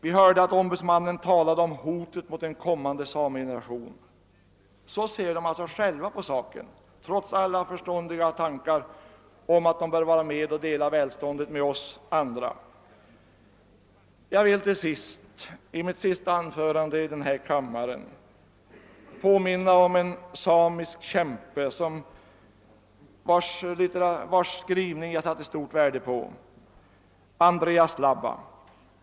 Vi hörde att ombudsmannen talade om hotet mot den kommande samegenerationen. Så ser samerna alltså själva på saken, trots alla förståndiga tankar om att de bör vara med och dela välståndet med oss andra. Jag vill till sist i mitt sista anförande i denna kammare påminna om en samernas kämpe, vars författarskap jag satte stort värde på — Andreas Labba.